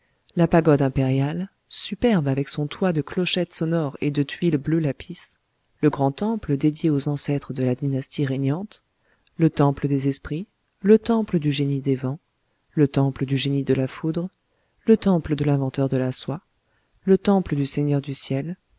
la pagode impériale superbe avec son toit de clochettes sonores et de tuiles bleu lapis le grand temple dédié aux ancêtres de la dynastie régnante le temple des esprits le temple du génie des vents le temple du génie de la foudre le temple de l'inventeur de la soie le temple du seigneur du ciel